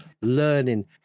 learning